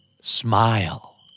Smile